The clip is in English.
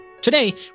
Today